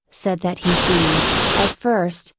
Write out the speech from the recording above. said that he seemed, at first,